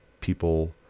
people